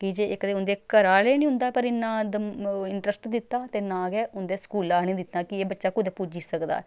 की जे इक ते उं'दे घराै आह्ले निं उं'दे पर इन्ना इंटरस्ट दित्ता ते ना गै उं'दे स्कूला निं दित्ता कि एह् बच्चा कुदै पुज्जी सकदा ऐ